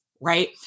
Right